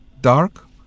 Dark